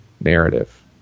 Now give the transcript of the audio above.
narrative